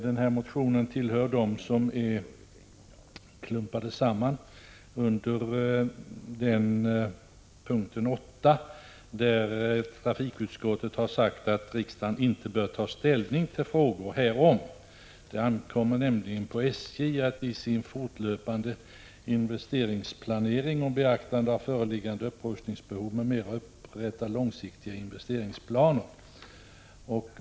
Denna motion tillhör dem som klumpats samman under punkt 8, där — Prot. 1985/86:142 trafikutskottet har sagt att riksdagen ej skall ta ställning till frågor härom. 15 maj 1986 Det ankommer nämligen på SJ att i sin fortlöpande investeringsplanering under beaktande av föreliggande upprustningsbehov m.m. upprätta långsiktiga investeringsplaner.